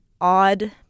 odd